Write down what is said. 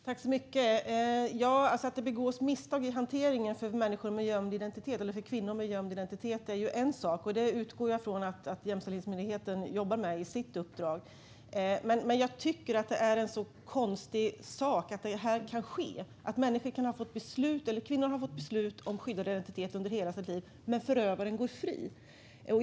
Herr talman! Att det begås misstag i hanteringen när det gäller kvinnor med skyddad identitet är en sak, och detta utgår jag från att Jämställdhetsmyndigheten jobbar med i sitt uppdrag. Men jag tycker att det är en så konstig sak att det här kan ske - kvinnan har fått beslut om skyddad identitet under hela sitt liv, men förövaren går fri.